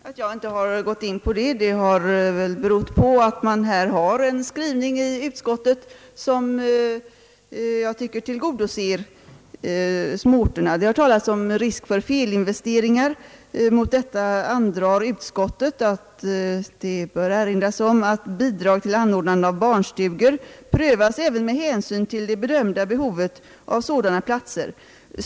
Att jag inte gått in på dem beror på att utskottets skrivning enligt min mening tillgodoser småorterna. Det har talats om risk för felinvesteringar. Mot detta anför utskottet: »Det bör här erinras om att bidrag till anordnande av barnstugor prövas även med hänsyn till det bedömda behovet av sådana platser.